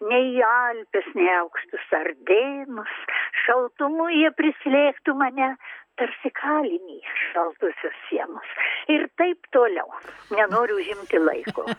nei į alpes nei aukštus ardėnus šaltumu jie prislėgtų mane tarsi kalinį šaltosios sienos ir taip toliau nenoriu užimti laiko